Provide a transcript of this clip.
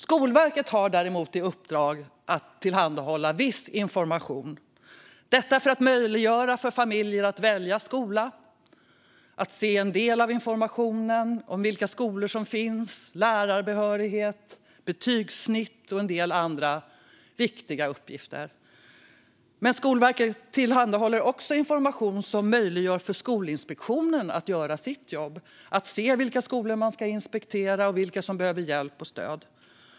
Skolverket har däremot i uppdrag att tillhandahålla viss information för att möjliggöra för familjer att välja skola. De får se en del av informationen om vilka skolor som finns, om lärarbehörighet och om betygssnitt samt en del andra viktiga uppgifter. Men Skolverket tillhandahåller också information som möjliggör för Skolinspektionen att göra sitt jobb och se vilka skolor man ska inspektera och vilka som behöver hjälp och stöd.